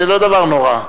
זה לא דבר נורא.